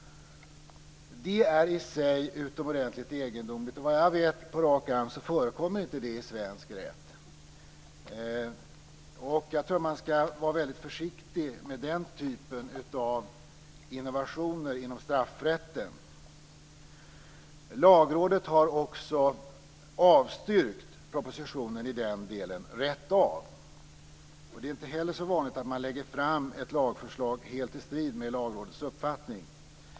Det är i sig utomordentligt egendomligt. Såvitt jag vet på rak arm förekommer det inte i svensk rätt. Jag tror att man skall vara väldigt försiktig med den typen av innovationer inom straffrätten. Lagrådet har också avstyrkt propositionen i den delen rätt av. Det är inte heller så vanligt att man lägger fram ett lagförslag helt i strid med Lagrådets uppfattning.